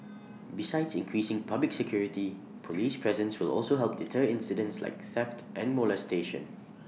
besides increasing public security Police presence will also help deter incidents like theft and molestation